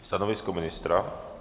Stanovisko ministra?